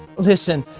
listen,